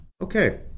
Okay